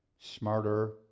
Smarter